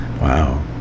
Wow